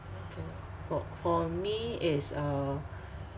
K for for me is uh